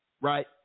right